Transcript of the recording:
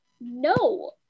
No